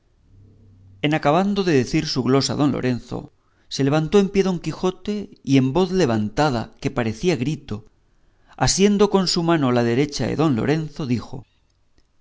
en acabando de decir su glosa don lorenzo se levantó en pie don quijote y en voz levantada que parecía grito asiendo con su mano la derecha de don lorenzo dijo